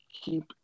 keep –